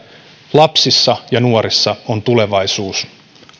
lapsissa ja nuorissa on tulevaisuus